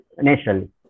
naturally